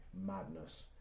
madness